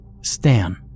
Stan